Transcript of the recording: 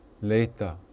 later